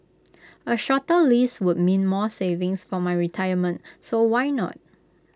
A shorter lease would mean more savings for my retirement so why not